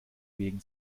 wegen